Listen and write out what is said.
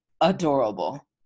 adorable